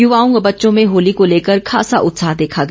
युवाओं व बच्चों में होली को लेकर खासा उत्साह देखा गया